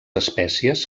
espècies